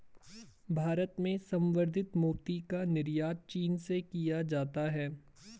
भारत में संवर्धित मोती का निर्यात चीन से किया जाता है